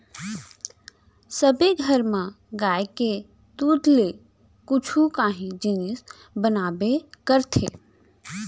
सबे घर म गाय के दूद ले कुछु काही जिनिस बनाबे करथे